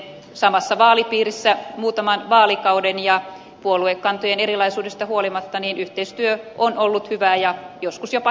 olimme samassa vaalipiirissä muutaman vaalikauden ja puoluekantojen erilaisuudesta huolimatta yhteistyö on ollut hyvää ja joskus jopa hedelmällistä